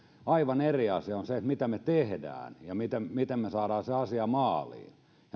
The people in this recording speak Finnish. aivan eri asia on se mitä me teemme ja miten me saamme sen asian maaliin